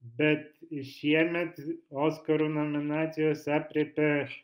bet šiemet oskarų nominacijos aprėpia